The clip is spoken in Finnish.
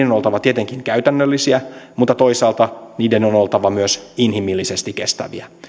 on oltava tietenkin käytännöllisiä mutta toisaalta niiden on oltava myös inhimillisesti kestäviä